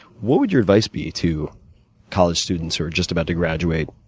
what would your advice be to college students who are just about to graduate,